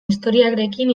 historiarekin